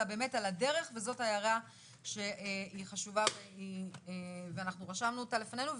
אלא באמת על הדרך וזאת הערה שהיא חשובה ואנחנו רשמנו אותה לפנינו.